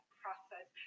process